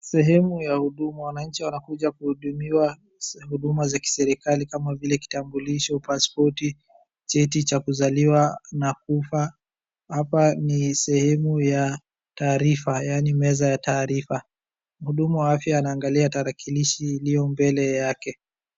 Sehemu ya huduma wananchi wanakuja kuhudumiwa huduma za kiserikali kama vile kitambulisho, paspoti, cheti cha kuzaliwa na kufa. Hapa ni sehemu ya taarifa yaani meza ya taarifa. Mhudumu wa afya anaangalia tarakilishi iliyo mbele yake.